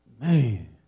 Man